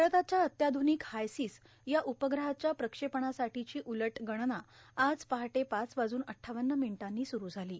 भारताच्या अत्यार्ध्रानक हार्यासस या उपग्रहाच्या प्रक्षेपणासाठोंची उलट गणना आज पहाटे पाच वाजून अड्डावन्न र्मानटांनी स्रू झालो